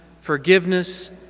forgiveness